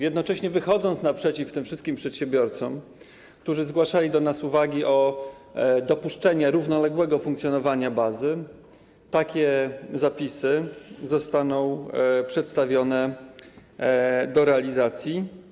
Jednocześnie wychodzimy naprzeciw tym wszystkim przedsiębiorcom, którzy zgłaszali do nas uwagi o dopuszczenie równoległego funkcjonowania bazy, i takie zapisy zostaną przedstawione do realizacji.